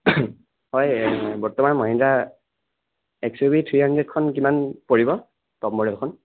হয় বৰ্তমান Mahindra X U V three hundred খন কিমান পৰিব টপ মডেলখন